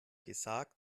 gesagt